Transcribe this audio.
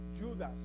judas